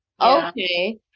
okay